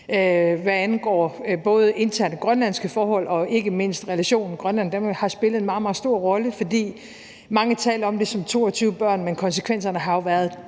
hvad angår både interne grønlandske forhold og ikke mindst relationen mellem Grønland og Danmark, har spillet en meget, meget stor rolle. For mange taler om det som 22 børn, men konsekvenserne har jo været